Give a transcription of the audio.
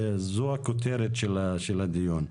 זו הכותרת של הדיון.